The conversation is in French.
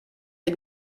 une